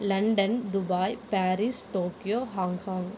London Dubai Paris Tokyo Hong Kong